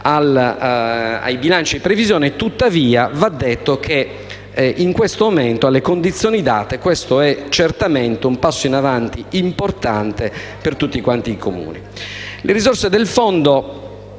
ai bilanci di previsione, tuttavia va detto che in questo momento, alle condizioni date, questo è certamente un passo in avanti importante per tutti i Comuni. Le risorse del fondo